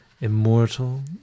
immortal